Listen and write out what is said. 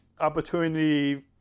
opportunity